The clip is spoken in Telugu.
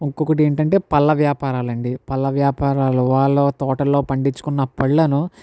ఇంకోటేంటంటే పళ్ళ వ్యాపారాలండి పళ్ళ వ్యాపారాలు వాళ్ళు తోటల్లో పండించుకున్న పళ్ళను